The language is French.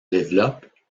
développe